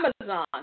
Amazon